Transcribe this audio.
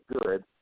good